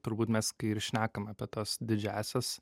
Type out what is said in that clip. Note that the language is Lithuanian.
turbūt mes kai ir šnekam apie tas didžiąsias